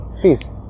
Please